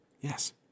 Yes